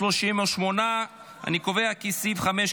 38. אני קובע כי סעיף 5,